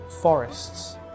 forests